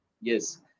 Yes